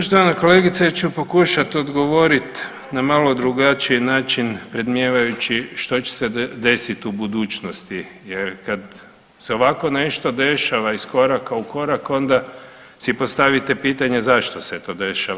Poštovana kolegice, ja ću pokušat odgovorit na malo drugačiji način predmnijevajući što će se desiti u budućnosti jer kad se ovako nešto dešava iz koraka u korak onda si postavite pitanje zašto se to dešava.